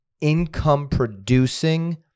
income-producing